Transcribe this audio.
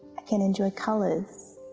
i can enjoy colours,